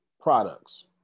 products